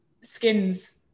skins